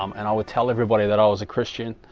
um and i would tell everybody that i was a christian,